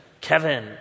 Kevin